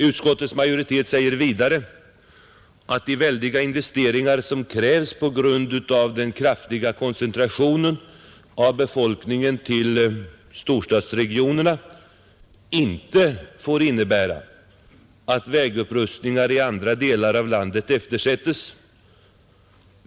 Utskottets majoritet säger vidare att de väldiga investeringar som krävs på grund av den kraftiga koncentrationen av befolkningen till storstadsregionerna inte får innebära att vägupprustningar i andra delar av landet eftersättes.